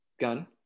gun